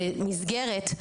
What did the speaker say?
למסגרת,